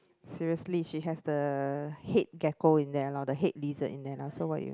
seriously she has the head gecko in there loh the head lizard in there lah so what you